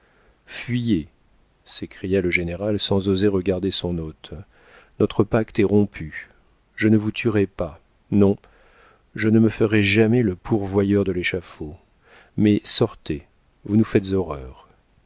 fuyez s'écria le général sans oser regarder son hôte notre pacte est rompu je ne vous tuerai pas non je ne me ferai jamais le pourvoyeur de l'échafaud mais sortez vous nous faites horreur